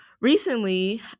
recently